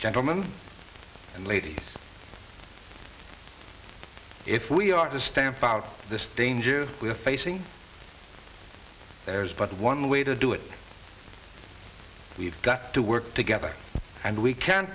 gentlemen and ladies if we are to stamp out this danger we are facing there is but one way to do it we've got to work together and we can